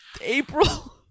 April